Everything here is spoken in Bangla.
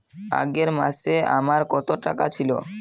আগের মাসে আমার কত টাকা ছিল?